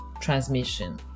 transmission